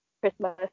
Christmas